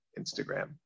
Instagram